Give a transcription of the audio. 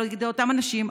על ידי אותם אנשים,